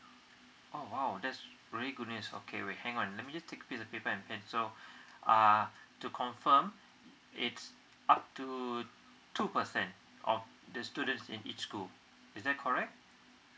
oh wow that's really good news okay wait hang on let me just take a piece of paper and pen so uh to confirm it's up to two percent of the students in each school is that correct